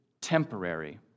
temporary